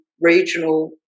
regional